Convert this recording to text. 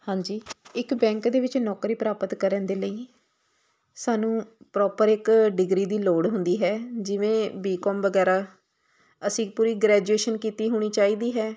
ਹਾਂਜੀ ਇੱਕ ਬੈਂਕ ਦੇ ਵਿੱਚ ਨੌਕਰੀ ਪ੍ਰਾਪਤ ਕਰਨ ਦੇ ਲਈ ਸਾਨੂੰ ਪ੍ਰੋਪਰ ਇੱਕ ਡਿਗਰੀ ਦੀ ਲੋੜ ਹੁੰਦੀ ਹੈ ਜਿਵੇਂ ਬੀਕੌਮ ਵਗੈਰਾ ਅਸੀਂ ਪੂਰੀ ਗ੍ਰੈਜੂਏਸ਼ਨ ਕੀਤੀ ਹੋਣੀ ਚਾਹੀਦੀ ਹੈ